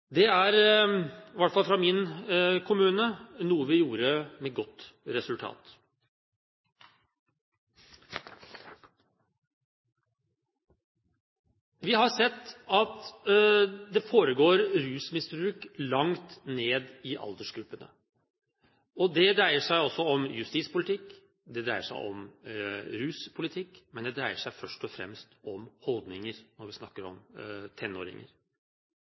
Det er i hvert fall i min kommune noe vi gjorde med godt resultat. Vi har sett at det foregår rusmisbruk langt ned i aldersgruppene. Det dreier seg også om justispolitikk, det dreier seg om ruspolitikk, men det dreier seg først og fremst om holdninger når vi snakker om tenåringer.